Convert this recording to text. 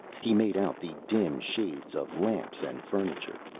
he made out the dim shades of lamps and furniture,